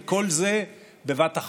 וכל זה בבת אחת.